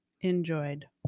Enjoyed